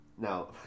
Now